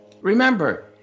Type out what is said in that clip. Remember